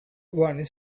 one